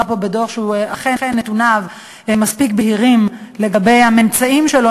פה בדוח שנתוניו מספיק בהירים לגבי הממצאים שלו,